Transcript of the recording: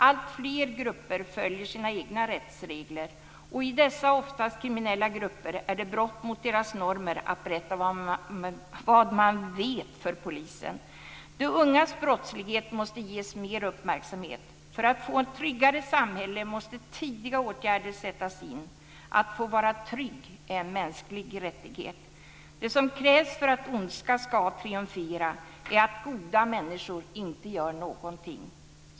Alltfler grupper följer sina egna rättsregler. I dessa oftast kriminella grupper är det brott mot deras normer att berätta vad man vet för polisen. De ungas brottslighet måste ges mer uppmärksamhet. För att få ett tryggare samhälle måste tidiga åtgärder sättas in. Att få vara trygg är en mänsklig rättighet. Det som krävs för att ondska ska triumfera är att goda människor inte gör någonting.